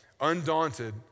undaunted